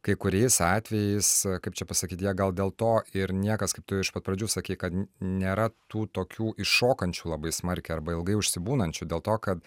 kai kuriais atvejais kaip čia pasakyti jie gal dėl to ir niekas kaip tu iš pat pradžių sakei kad nėra tų tokių iššokančių labai smarkiai arba ilgai užsibūnančių dėl to kad